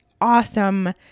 awesome